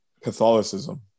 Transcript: Catholicism